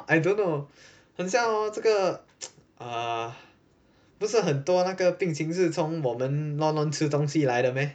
I don't know 很像 lor 这个 err 不是很多那个病情是从我们乱乱吃东西来的 meh